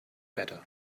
better